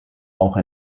auch